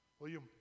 William